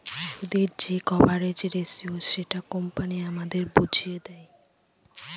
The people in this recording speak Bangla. সুদের যে কভারেজ রেসিও সেটা কোম্পানি আমাদের বুঝিয়ে দেয়